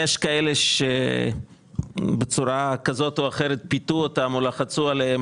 יש כאלה שבצורה כזאת או אחרת פיתו אותם או לחצו עליהם